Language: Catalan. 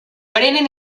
prenen